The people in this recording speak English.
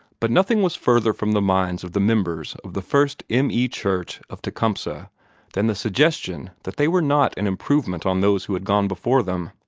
but nothing was further from the minds of the members of the first m. e. church of tecumseh than the suggestion that they were not an improvement on those who had gone before them.